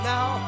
Now